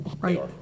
right